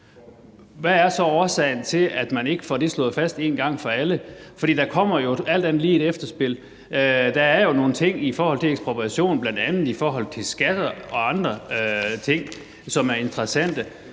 Hvad er så årsagen til, at man ikke får det slået fast en gang for alle, for der kommer jo alt andet lige et efterspil? Der er jo nogle ting i forhold til ekspropriation, bl.a. i forhold til skatter og andre ting, som er interessante.